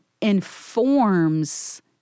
informs